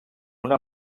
una